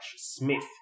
smith